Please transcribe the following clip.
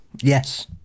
Yes